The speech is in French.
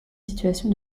situation